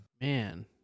Man